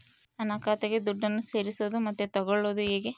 ನನ್ನ ಖಾತೆಗೆ ದುಡ್ಡನ್ನು ಸೇರಿಸೋದು ಮತ್ತೆ ತಗೊಳ್ಳೋದು ಹೇಗೆ?